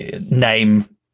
name